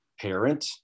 parent